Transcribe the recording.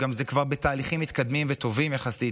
וגם זה כבר בתהליכים מתקדמים וטובים יחסית,